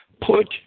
Put